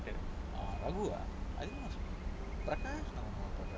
ragu ah I think it's pratnum